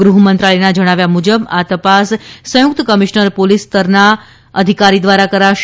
ગૃહમંત્રાલયના જણાવ્યા મુજબ આ તપાસ સંયુક્ત કમિશનર પોલીસ સ્તરના અધિકારી દ્રારા કરાશે